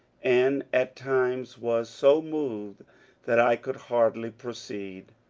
and at times was so moved that i could hardly pro ceed.